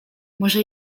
może